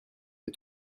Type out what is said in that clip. est